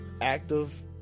active